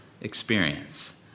experience